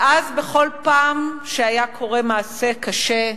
ואז, בכל פעם שהיה קורה מעשה קשה,